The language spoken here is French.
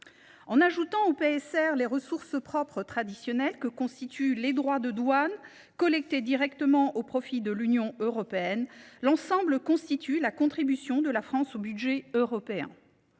En ajoutant au PSR les ressources propres traditionnelles que constituent les droits de douane, collectés directement au profit de l’Union européenne, l’ensemble constitue la contribution de la France au budget européen.